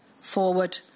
forward